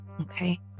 okay